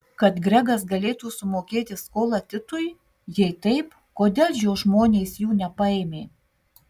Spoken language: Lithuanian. kad gregas galėtų sumokėti skolą titui jei taip kodėl jo žmonės jų nepaėmė